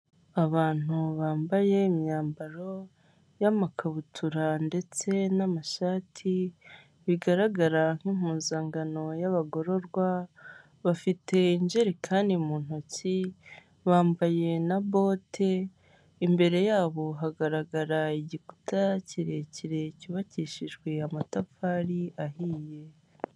Abantu bambaye imyambaro y'amakabutura ndetse n'amashati, bigaragara nk'impuzankano y'abagororwa, bafite injerekani mu ntoki, bambaye na boti, imbere yabo hagaragara igikuta kirekire cyubakishijwe amatafari ahiye.